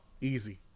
Easy